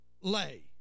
lay